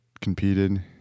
competed